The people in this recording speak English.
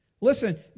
listen